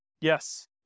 Yes